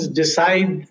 decide